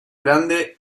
grande